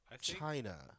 China